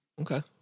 Okay